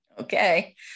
okay